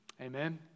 Amen